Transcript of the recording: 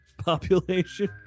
population